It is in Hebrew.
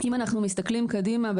אם אנחנו מסתכלים קדימה,